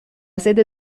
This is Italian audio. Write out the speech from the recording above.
sede